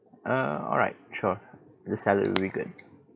ah alright sure the salad will be good